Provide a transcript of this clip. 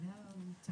האחרון ששלומית